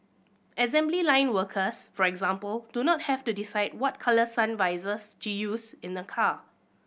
assembly line workers for example do not have to decide what colour sun visors to use in a car